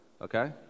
Okay